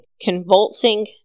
convulsing